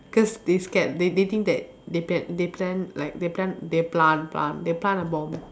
cause they scared they they think that they plan they plan like they plant they plant plant they plant a bomb